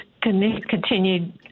Continued